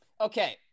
Okay